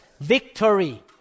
Victory